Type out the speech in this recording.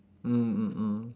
mm mm mm